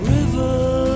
River